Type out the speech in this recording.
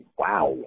wow